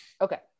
Okay